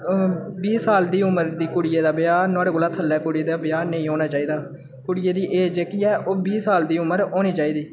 बीह् साल दी उम्र दी कुड़ियै दा ब्याह् नुहाड़े कोला थ'ल्ले कुड़ी दा ब्याह् नेईं होना चाहिदा कुड़ियै जेह्की एज जेह्की ऐ ओह् बीह् साल दी उमर होनी चाहिदी